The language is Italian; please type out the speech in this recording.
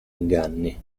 inganni